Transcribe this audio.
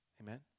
Amen